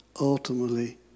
ultimately